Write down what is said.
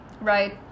Right